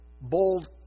bold